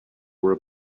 were